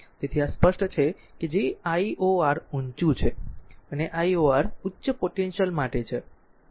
તેથી આ સ્પષ્ટ છે કે જે lor ઊંચું છે અને lor ઉચ્ચ પોટેન્શિયલ માટે છે બરાબર